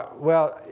well,